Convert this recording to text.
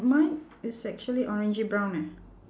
mine is actually orangey brown eh